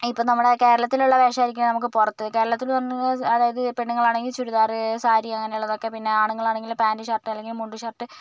ഇപ്പം നമ്മുടെ കേരളത്തിലുള്ള വേഷമായിരിക്കില്ല നമുക്ക് പുറത്ത് കേരളത്തിലെന്ന് പറഞ്ഞാൽ അതായത് പെണ്ണുങ്ങളാണെങ്കിൽ ചുരിദാറ് സാരി അങ്ങനെയുള്ളതൊക്കെ പിന്നെ ആണുങ്ങളാണെങ്കിൽ പാന്റ് ഷർട്ട് അല്ലെങ്കിൽ മുണ്ട് ഷർട്ട്